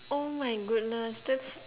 oh my goodness that's